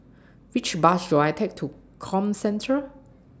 Which Bus should I Take to Comcentre